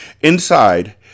Inside